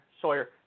Sawyer